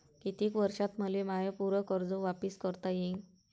कितीक वर्षात मले माय पूर कर्ज वापिस करता येईन?